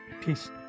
Peace